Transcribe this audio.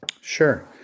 Sure